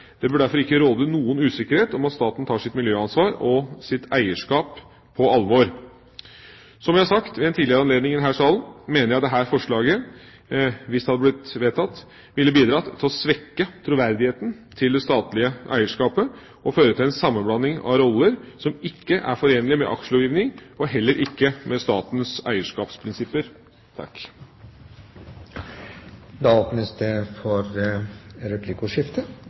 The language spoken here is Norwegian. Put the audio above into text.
Det bør derfor ikke råde noen usikkerhet om at staten tar sitt miljøansvar og sitt eierskap på alvor. Som jeg har sagt ved en tidligere anledning i denne salen, mener jeg dette forslaget, hvis det hadde blitt vedtatt, ville bidratt til å svekke troverdigheten til det statlige eierskapet og ført til en sammenblanding av roller som ikke er forenlig med aksjelovgivninga og heller ikke med statens eierskapsprinsipper.